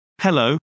Hello